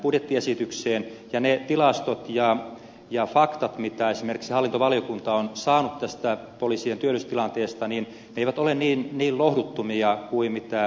ne tilastot ja faktat mitä esimerkiksi hallintovaliokunta on saanut poliisien työllisyystilanteesta eivät ole niin lohduttomia kuin ed